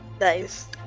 Nice